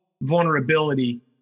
vulnerability